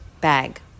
bag